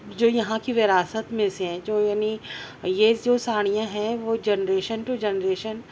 جو یہاں کی وراثت میں سے ہیں جو یعنی یہ جو ساڑیاں ہیں وہ جنریشن ٹو جنریشن